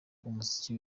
umuzi